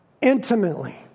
intimately